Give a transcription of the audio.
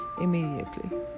immediately